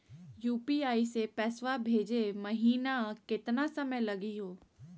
UPI स पैसवा भेजै महिना केतना समय लगही हो?